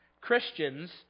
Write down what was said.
Christians